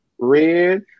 red